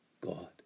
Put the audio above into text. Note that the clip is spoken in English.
God